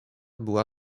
była